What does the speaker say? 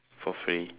for free